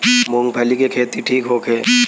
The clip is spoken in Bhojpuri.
मूँगफली के खेती ठीक होखे?